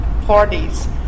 parties